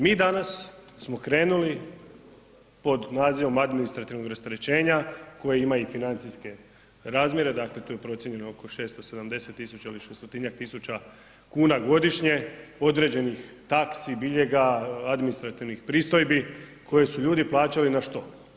Mi danas smo krenuli pod nazivom administrativnog rasterećenja koje ima i financijske razmjere, dakle to je procijenjeno oko 670.000 ili 600.000-njak tisuća kuna godišnje određenih taksi, biljega, administrativnih pristojbi koje su ljudi plaćali na što?